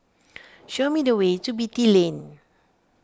show me the way to Beatty Lane